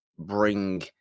bring